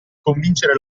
convincere